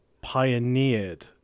pioneered